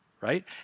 Right